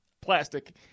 Plastic